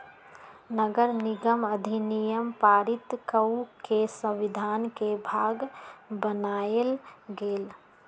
नगरनिगम अधिनियम पारित कऽ के संविधान के भाग बनायल गेल